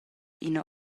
ina